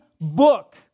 Book